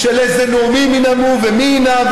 איזה נאומים ינאמו ומי ינאם,